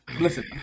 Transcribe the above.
Listen